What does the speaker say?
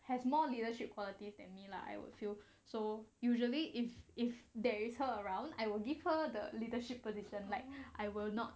has more leadership qualities than me lah I would feel so usually if if there is her around I will give her the leadership position like I will not